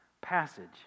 passage